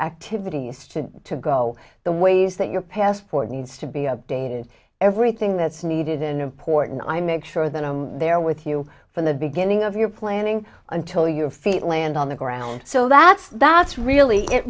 activities to to go the ways that your passport needs to be updated everything that's needed in important i make sure that i'm there with you from the beginning of your planning until your feet land on the ground so that's that's really it